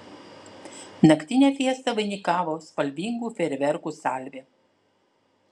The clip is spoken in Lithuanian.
naktinę fiestą vainikavo spalvingų fejerverkų salvė